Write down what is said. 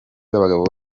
z’abagabo